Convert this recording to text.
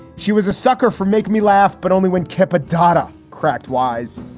she was a sucker for make me laugh, but only when kepa data cracked wise.